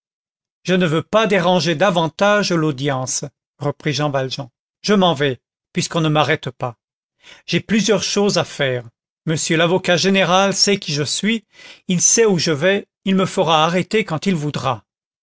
je ne veux pas déranger davantage l'audience reprit jean valjean je m'en vais puisqu'on ne m'arrête pas j'ai plusieurs choses à faire monsieur l'avocat général sait qui je suis il sait où je vais il me fera arrêter quand il voudra